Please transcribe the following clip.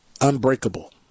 Unbreakable